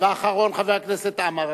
אחריו, אחרון, חבר הכנסת עמאר.